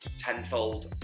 tenfold